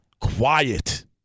quiet